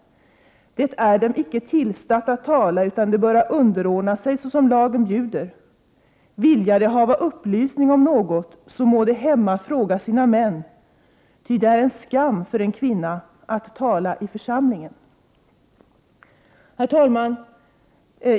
Det är dem icke tillstatt att tala, utan de böra underordna sig, såsom lagen bjuder. Vilja de hava upplysning om något, så må de hemma fråga sina män; ty det är en skam för en kvinna att tala i församlingen.” Herr talman!